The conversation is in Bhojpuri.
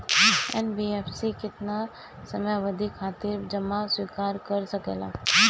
एन.बी.एफ.सी केतना समयावधि खातिर जमा स्वीकार कर सकला?